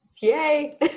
Yay